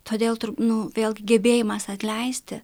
todėl nu vėl gebėjimas atleisti